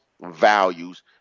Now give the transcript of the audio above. values